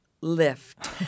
lift